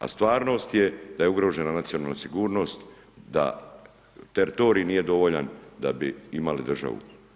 A stvarnost je da je ugrožena nacionalna sigurnost, da teritorij nije dovoljan da bi imali državu.